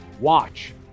watch